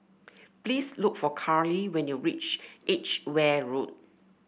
please look for Carly when you reach Edgeware Road